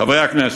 חברי הכנסת,